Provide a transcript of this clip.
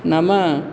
नाम